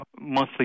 monthly